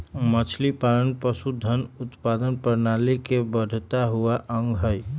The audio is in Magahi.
मछलीपालन पशुधन उत्पादन प्रणाली के बढ़ता हुआ अंग हई